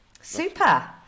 Super